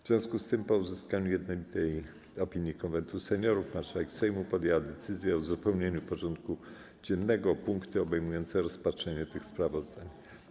W związku z tym, po uzyskaniu jednolitej opinii Konwentu Seniorów, marszałek Sejmu podjęła decyzję u uzupełnieniu porządku dziennego o punkty obejmujące rozpatrzenie tych sprawozdań.